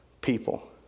people